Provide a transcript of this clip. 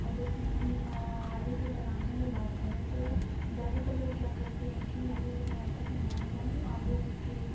और जैसे हम आलू के पराठे की बात करें तो ज़्यादातर लोग क्या करते हैं कि आलू के पराठे को नॉर्मल आलूओं की